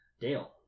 Dale